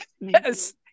Yes